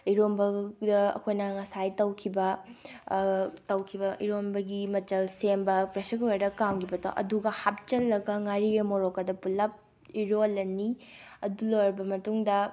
ꯏꯔꯣꯟꯕꯒ ꯑꯩꯈꯣꯏꯅ ꯉꯁꯥꯏ ꯇꯧꯈꯤꯕ ꯇꯧꯈꯤꯕ ꯏꯔꯣꯟꯕꯒꯤ ꯃꯆꯜ ꯁꯦꯝꯕ ꯄ꯭ꯔꯦꯁꯔ ꯀꯨꯀꯔꯗ ꯀꯥꯝꯈꯤꯕꯗꯣ ꯑꯗꯨꯒ ꯍꯥꯞꯆꯤꯜꯂꯒ ꯉꯥꯔꯤꯒ ꯎ ꯃꯣꯔꯣꯛꯀꯗꯣ ꯄꯨꯂꯞ ꯏꯔꯣꯜꯂꯅꯤ ꯑꯗꯨ ꯂꯣꯏꯔꯕ ꯃꯇꯨꯡꯗ